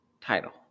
title